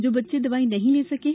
जो बच्चे दवाई नहीं ले सके हैं